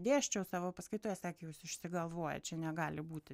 dėsčiau savo paskaitoje sakė jūs išsigalvojat čia negali būti